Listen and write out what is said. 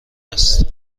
است